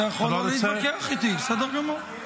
אתה יכול לא להתווכח איתי, בסדר גמור.